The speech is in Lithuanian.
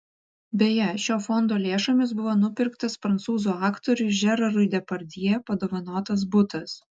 beje šio fondo lėšomis buvo nupirktas prancūzų aktoriui žerarui depardjė padovanotas butas